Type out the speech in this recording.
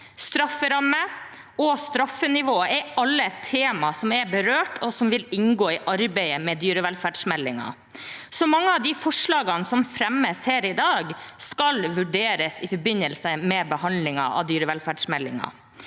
strafferamme og straffenivå alle tema som er berørt, og som vil inngå i arbeidet med dyrevelferdsmeldingen. Så mange av de forslagene som fremmes her i dag, skal vurderes i forbindelse med behandlingen av dyrevelferdsmeldingen.